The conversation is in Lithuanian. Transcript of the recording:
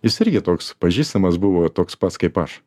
jis irgi toks pažįstamas nuvo toks pats kaip aš